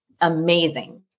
Amazing